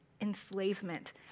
enslavement